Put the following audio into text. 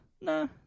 no